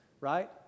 right